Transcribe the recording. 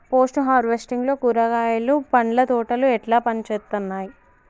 Post harvesting లో కూరగాయలు పండ్ల తోటలు ఎట్లా పనిచేత్తనయ్?